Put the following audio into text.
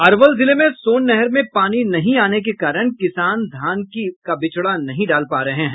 अरवल जिले में सोन नहर में पानी नहीं आने के कारण किसान धान की बिचड़ा नहीं डाल पा रहे हैं